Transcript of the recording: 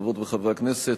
חברות וחברי הכנסת,